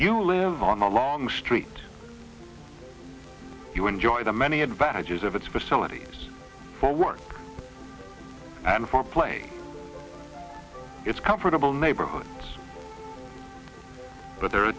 you live on a long street you enjoy the many advantages of its facilities for work and for play it's comfortable neighborhoods but there are